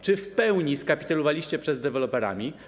Czy w pełni skapitulowaliście przed deweloperami?